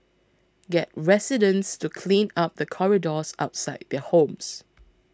get residents to clean up the corridors outside their homes